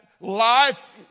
life